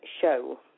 show